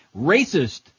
racist